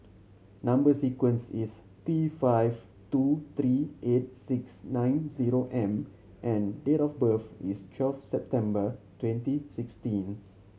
number sequence is T five two three eight six nine zero M and date of birth is twelve September twenty sixteen